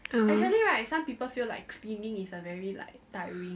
(uh huh)